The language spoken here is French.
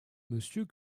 monsieur